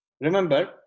remember